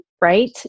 right